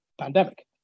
pandemic